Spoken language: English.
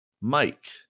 Mike